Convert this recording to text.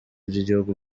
bw’igihugu